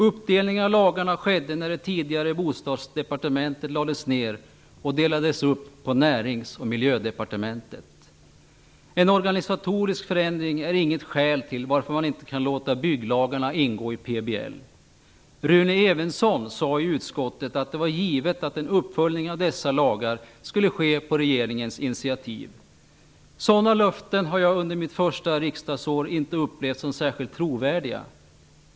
Uppdelningen av lagarna skedde när det tidigare bostadsdepartementet lades ner och delades upp på Närings och Miljödepartementet. En organisatorisk förändring är inget skäl till varför man inte kan låta bygglagarna ingå i PBL. Rune Evensson sade i utskottet att det var givet att en uppföljning av dessa lagar skulle ske på regeringens initiativ. Sådana löften har jag under mitt första riksdagsår inte upplevt som särskilt trovärdiga.